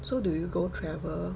so do you go travel